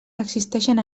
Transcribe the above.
existeixen